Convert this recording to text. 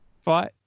fight